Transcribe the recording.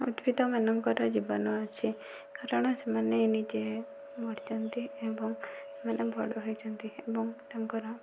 ଉଦ୍ଭିଦମାନଙ୍କର ଜୀବନ ଅଛି କାରଣ ସେମାନେ ନିଜେ ମରିଯାଆନ୍ତି ଏବଂ ସେମାନେ ବଡ଼ ହୋଇଯାଆନ୍ତି ଏବଂ ତାଙ୍କର